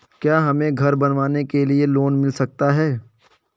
क्या हमें घर बनवाने के लिए लोन मिल सकता है?